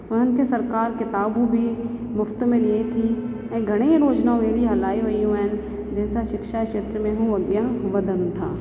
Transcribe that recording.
हुननि खे सरकार किताबूं बि मुफ़्त में ॾे थी ऐं घणेई योजिनाऊं अहिड़ियूं हलायूं वयूं आहिनि जंहिं सां शिक्षा जे क्षेत्र में हू अॻियां वधनि था